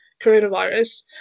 coronavirus